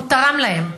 הוא תרם להם.